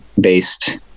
based